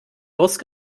durst